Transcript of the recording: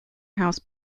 house